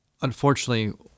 unfortunately